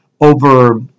over